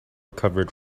covered